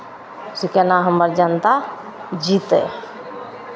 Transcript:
से केना हमर जनता जीतय